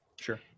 Sure